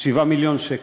7 מיליון שקלים,